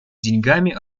деньгами